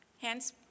Hands